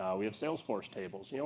we have sales force tables. you know